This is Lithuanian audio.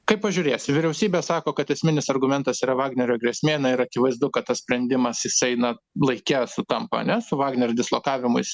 kaip pažiūrėsi vyriausybė sako kad esminis argumentas yra vagnerio grėsmė na ir akivaizdu kad tas sprendimas jisai na laike sutampa ar ne su vagneriu dislokavimusi